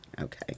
Okay